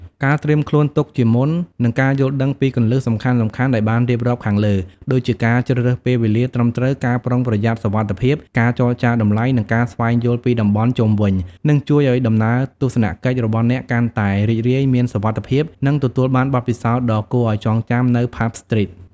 ការត្រៀមខ្លួនទុកជាមុន និង ការយល់ដឹងពីគន្លឹះសំខាន់ៗ ដែលបានរៀបរាប់ខាងលើ ដូចជាការជ្រើសរើសពេលវេលាត្រឹមត្រូវ ការប្រុងប្រយ័ត្នសុវត្ថិភាព ការចរចាតម្លៃ និងការស្វែងយល់ពីតំបន់ជុំវិញ នឹងជួយឲ្យ ដំណើរទស្សនកិច្ចរបស់អ្នកកាន់តែរីករាយ មានសុវត្ថិភាព និងទទួលបានបទពិសោធន៍ដ៏គួរឲ្យចងចាំ នៅ ផាប់ ស្ទ្រីត ។